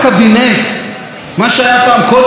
מה שהיה פעם קודש הקודשים של מדינת ישראל,